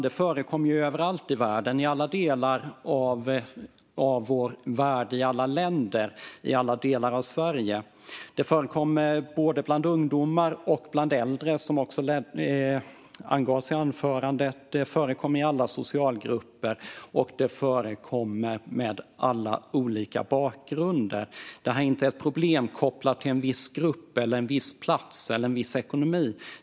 Det förekommer överallt i världen, i alla länder och i alla delar av Sverige. Det förekommer både bland ungdomar och bland äldre, vilket också angavs i anförandet. Det förekommer i alla socialgrupper och bland alla olika bakgrunder. Det är inte ett problem som är kopplat till en viss grupp, en viss plats eller en viss ekonomi.